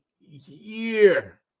year